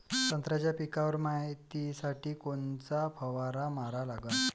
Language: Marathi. संत्र्याच्या पिकावर मायतीसाठी कोनचा फवारा मारा लागन?